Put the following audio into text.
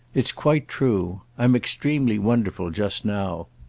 it's quite true. i'm extremely wonderful just now.